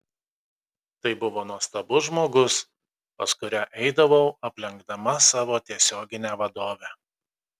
tai buvo nuostabus žmogus pas kurią eidavau aplenkdama savo tiesioginę vadovę